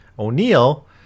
O'Neill